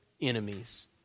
enemies